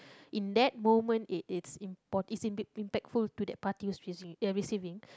in that moment it it's it's impactful to that party uh receiving